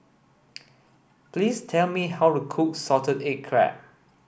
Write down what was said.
please tell me how to cook salted egg crab